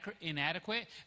inadequate